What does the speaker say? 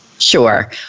Sure